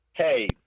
Hey